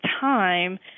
time